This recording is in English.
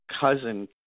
cousin